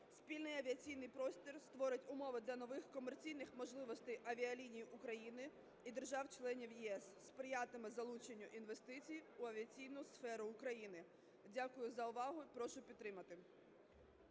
Спільний авіаційний простір створить умови для нових комерційних можливостей авіаліній України і держав-член ЄС, сприятиме залученню інвестицій в авіаційну сферу України. Дякую за увагу. І прошу підтримати.